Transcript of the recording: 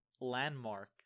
landmark